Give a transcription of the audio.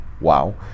wow